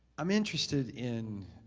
i'm interested in,